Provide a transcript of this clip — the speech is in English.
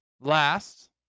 last